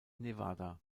nevada